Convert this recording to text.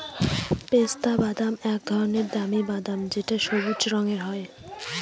পেস্তা বাদাম এক ধরনের দামি বাদাম যেটা সবুজ রঙের হয়